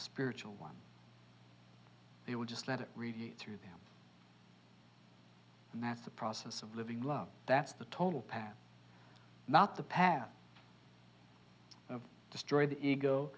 spiritual one they will just let it read through them and that's the process of living love that's the total path not the path of destroy the ego